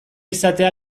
izatea